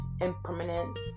impermanence